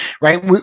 right